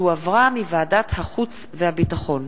שהחזירה ועדת החוץ והביטחון.